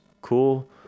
cool